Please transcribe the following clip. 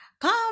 come